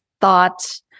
thought